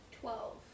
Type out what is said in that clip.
Twelve